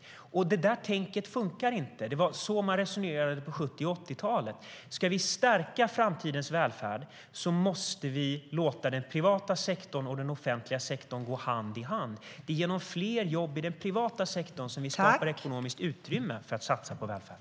Det där tänket funkar inte. Det var så man resonerade på 70 och 80-talen. Ska vi stärka framtidens välfärd måste vi låta den privata sektorn och den offentliga sektorn gå hand i hand. Det är genom fler jobb i den privata sektorn som vi skapar ekonomiskt utrymme för att satsa på välfärd.